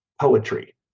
poetry